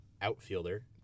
outfielder